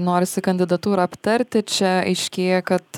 norisi kandidatūrą aptarti čia aiškėja kad